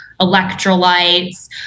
electrolytes